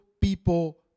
people